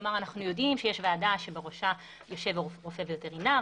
כלומר אנחנו יודעים שיש ועדה שבראשה יושב רופא וטרינר,